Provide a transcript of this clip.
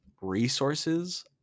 resources